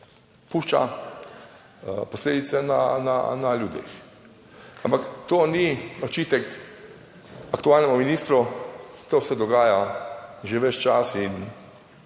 pušča posledice na ljudeh, ampak to ni očitek aktualnemu ministru, to se dogaja že ves čas in